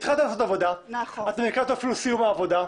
התחלתם לעשות עבודה, אתם אפילו לקראת סיום העבודה,